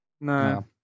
No